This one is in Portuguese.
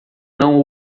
não